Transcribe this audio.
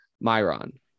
Myron